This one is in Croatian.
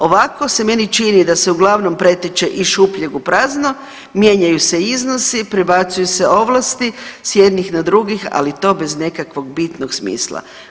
Ovako se meni čini da se pretače iz šupljeg u prazno, mijenjanju se iznosi, prebacuju se ovlasti s jednih na drugih, ali to bez nekakvog bitnog smisla.